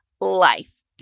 life